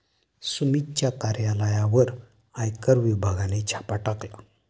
सुमितच्या कार्यालयावर आयकर विभागाने छापा टाकला